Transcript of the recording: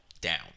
down